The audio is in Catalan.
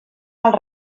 mals